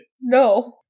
No